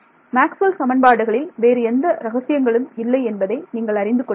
Maxwell சமன்பாடுகளில் வேறு எந்த ரகசியங்களும் இல்லை என்பதை நீங்கள் அறிந்து கொள்ளுங்கள்